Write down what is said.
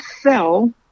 sell